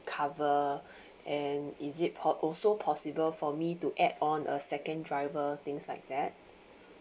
cover and is it po~ also possible for me to add on a second driver things like that